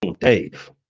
Dave